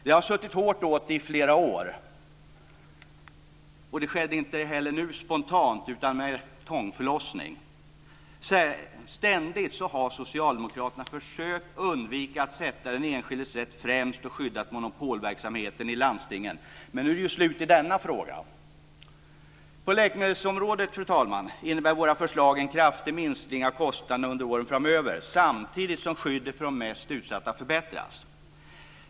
Det har suttit hårt åt i flera år, och det skedde inte heller nu spontant utan med tångförlossning. Ständigt har Socialdemokraterna försökt undvika att sätta den enskildes rätt främst och skyddat monopolverksamheten i landstingen, men nu är det slut i denna fråga. På läkemedelsområdet, fru talman, innebär våra förslag en kraftig minskning av kostnaderna under åren framöver, samtidigt som skyddet för de mest utsatta förbättras.